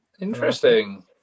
Interesting